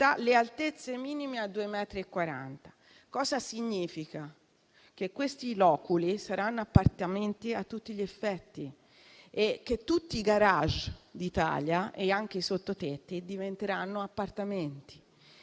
le altezze minime a 2,40 metri. Cosa significa? Questi loculi saranno appartamenti a tutti gli effetti e tutti i garage d'Italia e anche i sottotetti diventeranno appartamenti.